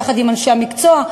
יחד עם אנשי המקצוע,